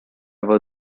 were